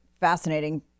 fascinating